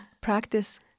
practice